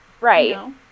Right